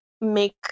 make